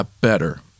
better